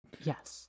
Yes